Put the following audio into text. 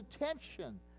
attention